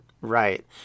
right